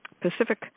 Pacific